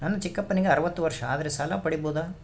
ನನ್ನ ಚಿಕ್ಕಪ್ಪನಿಗೆ ಅರವತ್ತು ವರ್ಷ ಆದರೆ ಸಾಲ ಪಡಿಬೋದ?